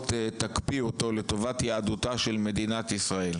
תקפיאו אותו לטובת יהדותה של מדינת ישראל.